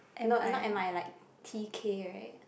not not M_I like T_K [right]